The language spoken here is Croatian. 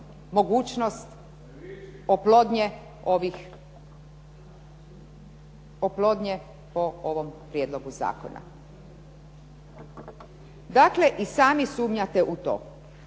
mogućnost oplodnje po ovom prijedlogu zakona. Dakle, i sami sumnjate u to.